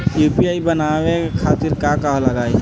UPI बनावे खातिर का का लगाई?